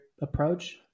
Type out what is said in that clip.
approach